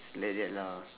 it's like that lah